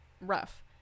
rough